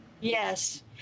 Yes